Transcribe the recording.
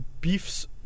beefs